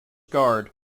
guard